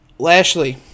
Lashley